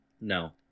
No